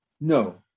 no